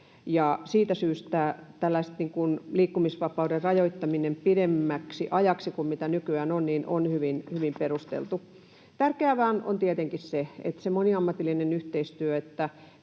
Siitä syystä tällainen liikkumisvapauden rajoittaminen pidemmäksi ajaksi kuin nykyään on hyvin perusteltu. Tärkeää vain tietenkin on se moniammatillinen yhteistyö,